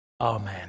Amen